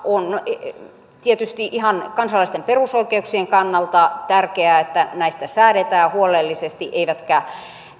on tietysti ihan kansalaisten perusoikeuksien kannalta tärkeää että näistä säädetään huolellisesti eivätkä